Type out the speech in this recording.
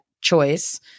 choice